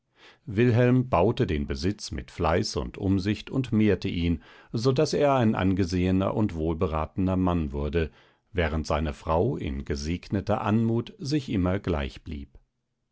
wilhelm baute den besitz mit fleiß und umsicht und mehrte ihn so daß er ein angesehener und wohlberatener mann wurde während seine frau in gesegneter anmut sich immer